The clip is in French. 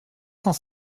cent